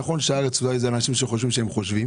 נכון שעיתון הארץ הוא לאנשים שחושבים שהם חושבים